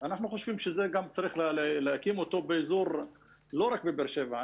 אנחנו חושבים שצריך להקים אותו לא רק בבאר שבע,